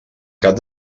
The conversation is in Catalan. cap